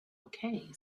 okay